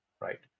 right